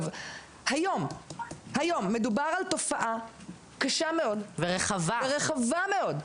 היום מדובר על תופעה קשה מאוד ורחבה מאוד,